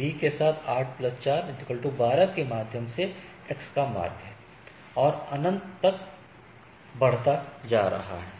B के साथ 8 4 12 के माध्यम से X का एक मार्ग है और यह अनंत तक बढ़ता जा रहा है